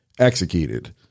executed